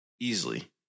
Easily